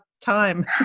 time